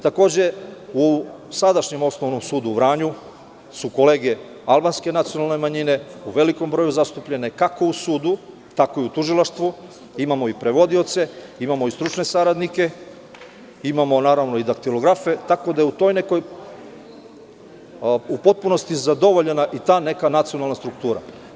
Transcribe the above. Takođe, u sadašnjem Osnovnom sudu u Vranju su kolege albanske nacionalne manjine u velikom broju zastupljene, kako u sudu, tako i u tužilaštvu, imamo i prevodioce, stručne saradnike, imamo daktilografe, tako da u toj nekoj formi je u potpunosti zadovoljena i ta neka nacionalna struktura.